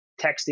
texting